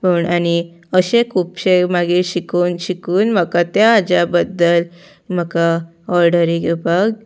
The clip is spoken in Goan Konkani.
म्हण आनी अशे खुबशे मागीर शिकोन शिकून म्हाका त्या हाज्या बद्दल म्हाका ऑर्डरी घेवपाक